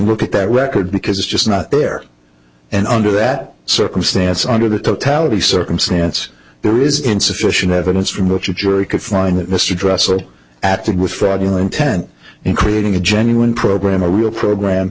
look at that record because it's just not fair and under that circumstance under the totality circumstance there is insufficient evidence from which you jury could find that mr dresser acted with fraud you intent in creating a genuine program a real program